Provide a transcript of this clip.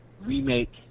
remake